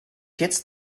jetzt